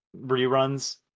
reruns